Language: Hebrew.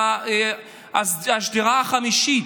השדרה החמישית.